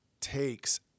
takes